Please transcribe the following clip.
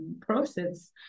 process